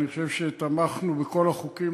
אני חושב שתמכנו בכל החוקים,